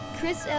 Chris